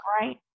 right